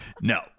No